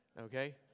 Okay